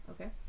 Okay